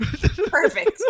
Perfect